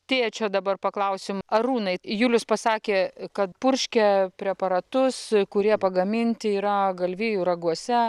tėčio dabar paklausim arūnai julius pasakė kad purškia preparatus kurie pagaminti yra galvijų raguose